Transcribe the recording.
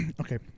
Okay